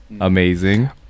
amazing